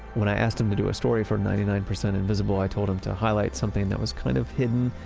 when i asked him to do a story for ninety nine percent invisible, i told him to highlight something that was kind of hidden,